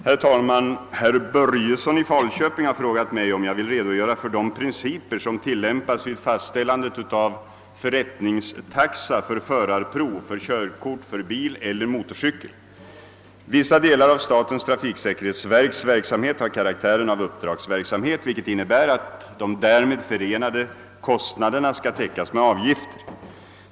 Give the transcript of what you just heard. Herr talman! Herr Börjesson i Falköping har frågat mig, om jag vill redogöra för de principer som tillämpas vid fastställandet av förrättningstaxa för förarprov för körkort för bil eller motorcykel. : Vissa delar av statens trafiksäkerhetsverks verksamhet har karaktären av uppdragsverksamhet, vilket innebär att de därmed förenade kostnaderna skall täckas med avgifter.